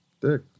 Dick